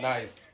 Nice